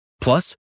Plus